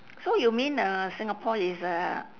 so you mean uh singapore is a